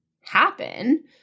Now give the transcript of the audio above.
happen